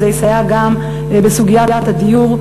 וזה יסייע גם בסוגיית הדיור,